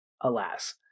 alas